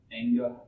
anger